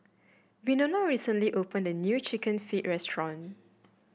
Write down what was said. Winona recently opened a new chicken feet restaurant